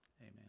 Amen